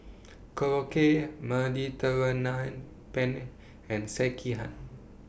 Korokke Mediterranean Penne and Sekihan